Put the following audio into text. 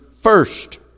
first